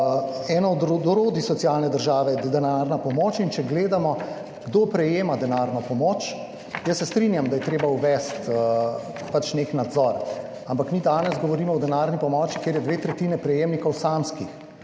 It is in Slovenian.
Eno od orodij socialne države je denarna pomoč, in če gledamo, kdo prejema denarno pomoč, se strinjam, da je treba uvesti nek nadzor, ampak mi danes govorimo o denarni pomoči, kjer je dve tretjini prejemnikov samskih.